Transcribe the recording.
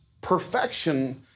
perfection